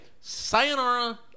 Sayonara